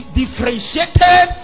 differentiated